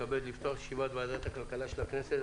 היום יום ראשון,